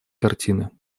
картины